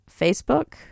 Facebook